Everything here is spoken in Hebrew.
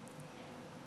ויאהבך".